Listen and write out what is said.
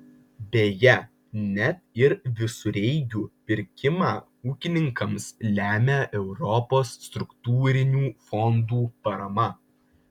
beje net ir visureigių pirkimą ūkininkams lemia europos struktūrinių fondų parama